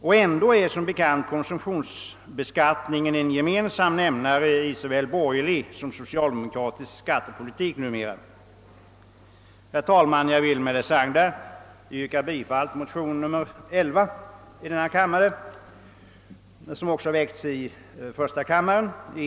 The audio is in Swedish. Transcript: Och ändå är som bekant konsumtionsbeskattningen en gemensam nämnare i såväl borgerlig som socialdemokratisk skattepolitik numera. Herr talman! Jag vill med det sagda yrka bifall till de likalydande motionerna I:11 och II:11.